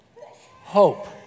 Hope